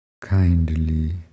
kindly